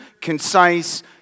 concise